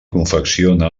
confecciona